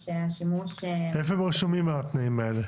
איפה רשומים התנאים האלה?